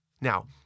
Now